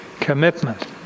Commitment